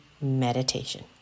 Meditation